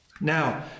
Now